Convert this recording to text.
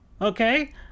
Okay